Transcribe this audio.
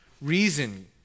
reason